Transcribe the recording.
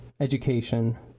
Education